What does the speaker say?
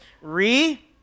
re